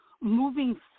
moving